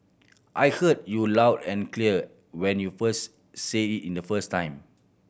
I heard you loud and clear when you first said it in the first time